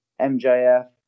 MJF